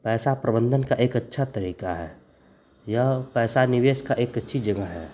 पैसा प्रबंधन का एक अच्छा तरीका है यह पैसा निवेश का एक अच्छी जगह है